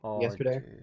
yesterday